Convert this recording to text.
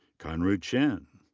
kanru chen.